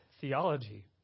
theology